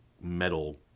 metal